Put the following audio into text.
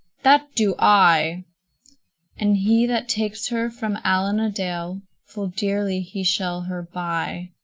that do i and he that takes her from allen-a-dale, full dearly he shall her buy.